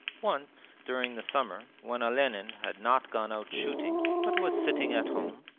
once during the summer, when olenin had not gone out shooting but was sitting at home,